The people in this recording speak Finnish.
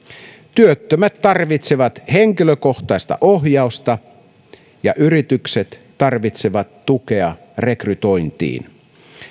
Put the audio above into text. työttömät tarvitsevat henkilökohtaista ohjausta ja yritykset tarvitsevat tukea rekrytointiin